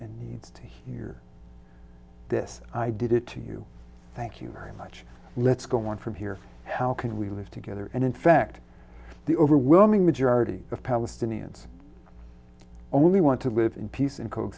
in need to hear this i did it to you thank you very much let's go on from here how can we live together and in fact the overwhelming majority of palestinians only want to live in peace and co